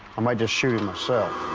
i might just shoot him so